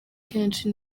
kenshi